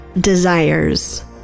desires